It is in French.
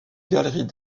galeries